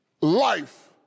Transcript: life